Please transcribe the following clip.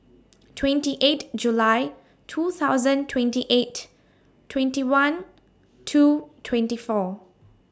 twenty eight July two thousand twenty eight twenty one two twenty four